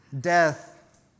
death